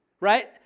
right